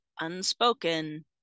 unspoken